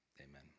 amen